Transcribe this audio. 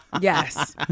Yes